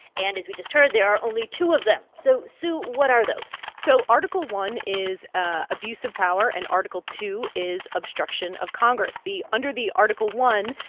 and as we just heard, there are only two of them. so, sue, what are those? so article one is ah abuse of power, and article two is obstruction of congress. the under the article one,